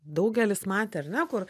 daugelis matę ar ne kur